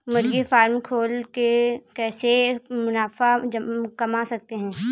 मुर्गी फार्म खोल के कैसे मुनाफा कमा सकते हैं?